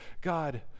god